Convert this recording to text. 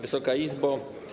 Wysoka Izbo!